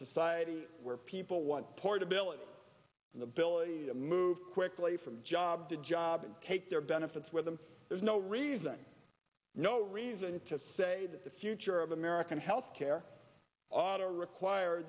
society where people want portability and ability to move quickly from job to job and take their benefits with them there's no reason no reason to say that the future of american health care ought to require